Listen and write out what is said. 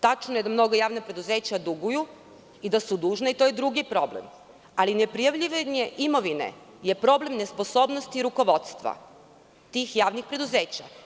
Tačno je da mnoga javna preduzeća duguju i da su dužna, to je drugi problem, ali neprijavljivanje imovine je problem nesposobnosti rukovodstva tih javnih preduzeća.